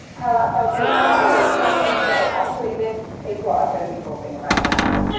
how that felt quite scary to actually say, actually, this is what i'm gonna be talking about now. and